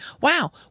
wow